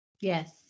Yes